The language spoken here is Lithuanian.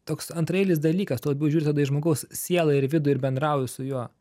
toks antraeilis dalykas tu labiau žiūri tada į žmogaus sielą ir į vidų ir bendrauji su juo